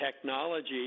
technology